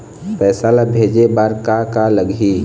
पैसा ला भेजे बार का का लगही?